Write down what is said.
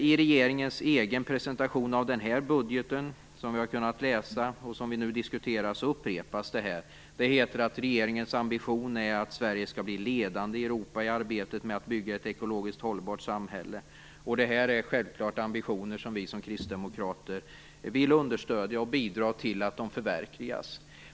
I regeringens egen presentation av budgeten som vi har kunnat läsa och som diskuterats upprepas detta. Det heter att regeringens ambition är att Sverige skall blir ledande i Europa i arbetet med att bygga ett ekologiskt hållbart samhälle. Det är självklart ambitioner som vi som kristdemokrater vill understödja, och vi vill bidra till att de förverkligas.